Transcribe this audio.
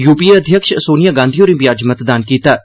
UPA अध्यक्ष सोनिया गांधी होरें बी अज्ज मतदान कीता ऐ